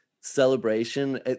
celebration